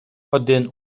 один